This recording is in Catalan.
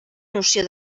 noció